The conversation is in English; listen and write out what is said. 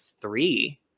three